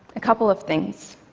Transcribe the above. a couple of things.